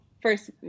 First